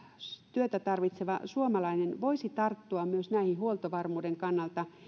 työtä tarvitseva suomalainen voisi tarttua myös näihin huoltovarmuuden kannalta